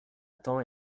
temps